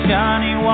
Johnny